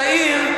צעיר,